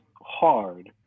hard